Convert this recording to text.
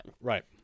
Right